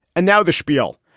and now the schpiel.